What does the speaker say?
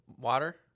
water